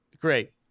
Great